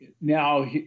now